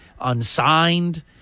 unsigned